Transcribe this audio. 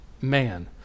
Man